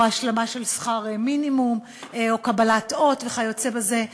או השלמה של שכר מינימום, או קבלת אות וכיוצא בזה.